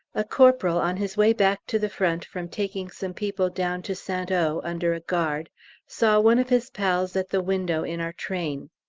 a corporal on his way back to the front from taking some people down to st o. under a guard saw one of his pals at the window in our train.